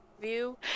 view